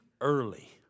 early